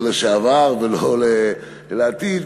לא לשעבר ולא לעתיד.